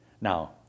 Now